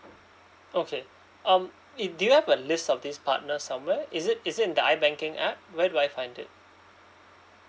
okay um eh do you have a list of these partners somewhere is it is it in the I banking app where do I find it